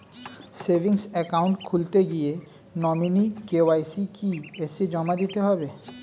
Savings account খুলতে গিয়ে nominee KYC কি এসে জমা দিতে হবে?